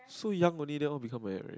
so young only then all become like that already